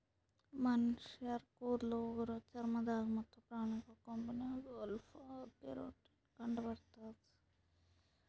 ಮನಶ್ಶರ್ ಕೂದಲ್ ಉಗುರ್ ಚರ್ಮ ದಾಗ್ ಮತ್ತ್ ಪ್ರಾಣಿಗಳ್ ಕೊಂಬಿನಾಗ್ ಅಲ್ಫಾ ಕೆರಾಟಿನ್ ಕಂಡಬರ್ತದ್